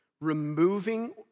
removing